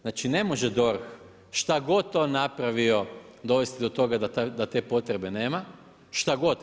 Znači ne može DORH, šta god to napravio, dovesti do toga da te potrebne nema, šta god.